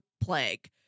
plague